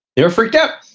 they were freaked out.